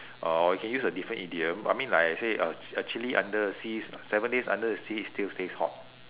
or you can use a different idiom I mean like I say uh actually under the sea seven days under the sea it still stays hot